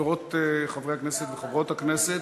חברי הכנסת וחברות הכנסת,